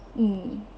mm